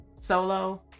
Solo